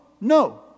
no